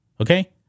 Okay